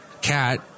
cat